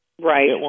Right